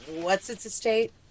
what's-its-estate